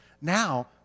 Now